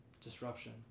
disruption